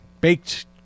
baked